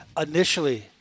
Initially-